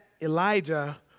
Elijah